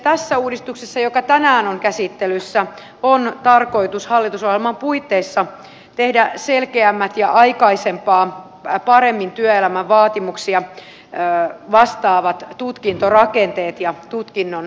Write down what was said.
tässä uudistuksessa joka tänään on käsittelyssä on tarkoitus hallitusohjelman puitteissa tehdä selkeämmät ja aikaisempaa paremmin työelämän vaatimuksia vastaavat tutkintorakenteet ja tutkinnon perusteet